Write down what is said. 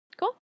Cool